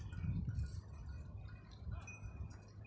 ಬ್ಯಾರೆ ಅವರು ನನ್ನ ಖಾತಾಕ್ಕ ರೊಕ್ಕಾ ಕಳಿಸಬೇಕು ಅಂದ್ರ ನನ್ನ ಏನೇನು ಕೊಡಬೇಕು?